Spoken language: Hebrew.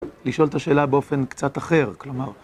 לשאול את השאלה באופן קצת אחר, כלומר...